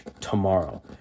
tomorrow